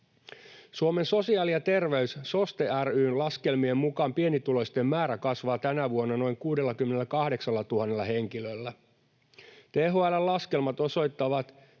Suomen sosiaali ja terveys ry:n, SOSTE:n, laskelmien mukaan pienituloisten määrä kasvaa tänä vuonna noin 68 000 henkilöllä. THL:n laskelmat osoittavat,